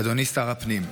אדוני שר הפנים,